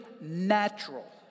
natural